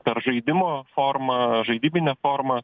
per žaidimo formą žaidybinę formą